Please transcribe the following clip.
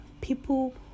people